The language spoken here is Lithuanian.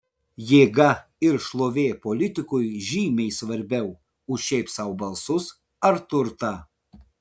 jėga ir šlovė politikui žymiai svarbiau už šiaip sau balsus ar turtą